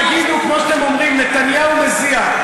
כמו שאתם אומרים "נתניהו מזיע",